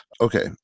Okay